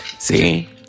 See